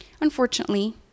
unfortunately